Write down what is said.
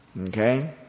Okay